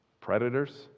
Predators